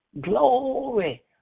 Glory